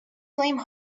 flame